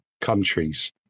countries